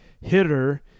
hitter –